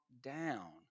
down